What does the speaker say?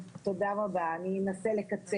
ולנו זה הנושא של האמון המערכת.